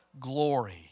Glory